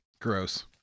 Gross